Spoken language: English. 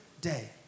day